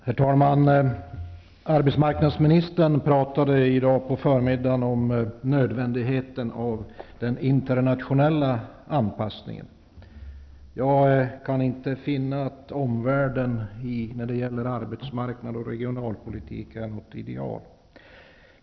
Herr talman! Arbetsmarknadsministern talade i dag på förmiddagen om nödvändigheten av den internationella anpassningen. Jag kan inte finna att omvärlden när det gäller arbetsmarknad och regionalpolitik är något ideal.